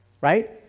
Right